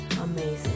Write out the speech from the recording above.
amazing